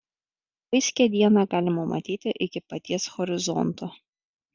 vaiskią dieną galima matyti iki paties horizonto